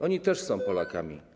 Oni też są Polakami.